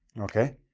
okay?